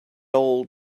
all